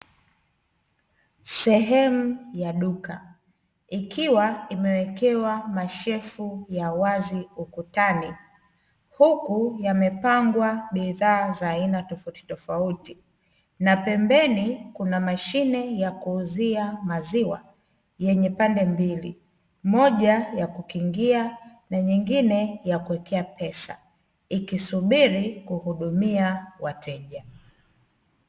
Sehemu ya duka, ikiwa imewekewa mashelfu ya wazi ukutani, huku yamepangwa bidhaa za aina tofautitofauti. Na pambeni kuna mashine ya kuuzia maziwa, yenye pande mbili moja ya kukingia na nyingine ya kuwekea pesa, ikisubiri kuhudumia wateja.